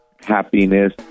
happiness